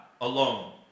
alone